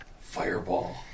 Fireball